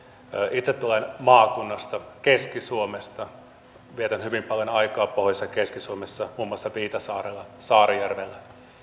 itse tulen maakunnasta keski suomesta vietän hyvin paljon aikaa pohjois ja keski suomessa muun muassa viitasaarella ja saarijärvellä ja